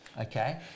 okay